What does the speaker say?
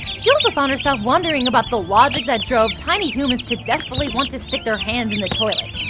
she also found herself wondering about the logic that drove tiny humans to desperately want to stick their hands in the toilet.